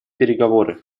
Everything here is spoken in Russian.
переговоры